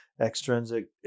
extrinsic